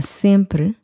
sempre